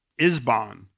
Isbon